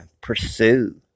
pursue